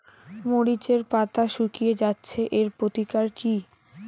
মরিচের পাতা শুকিয়ে যাচ্ছে এর প্রতিকার কি?